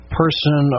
person